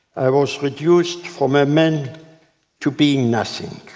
i was reduced from a man to being nothing.